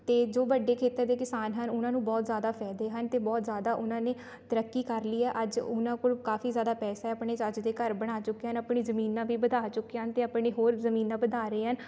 ਅਤੇ ਜੋ ਵੱਡੇ ਖੇਤਰ ਦੇ ਕਿਸਾਨ ਹਨ ਉਹਨਾਂ ਨੂੰ ਬਹੁਤ ਜ਼ਿਆਦਾ ਫਾਇਦੇ ਹਨ ਅਤੇ ਬਹੁਤ ਜ਼ਿਆਦਾ ਉਹਨਾਂ ਨੇ ਤਰੱਕੀ ਕਰ ਲਈ ਹੈ ਅੱਜ ਉਹਨਾਂ ਕੋਲ ਕਾਫੀ ਜ਼ਿਆਦਾ ਪੈਸਾ ਹੈ ਆਪਣੇ ਚੱਜ ਦੇ ਘਰ ਬਣਾ ਚੁੱਕੇ ਹਨ ਆਪਣੀ ਜ਼ਮੀਨਾਂ ਵੀ ਵਧਾ ਚੁੱਕੇ ਹਨ ਅਤੇ ਆਪਣੀ ਹੋਰ ਜ਼ਮੀਨਾਂ ਵਧਾ ਰਹੇ ਹਨ